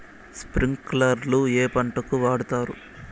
స్ప్రింక్లర్లు ఏ పంటలకు వాడుతారు?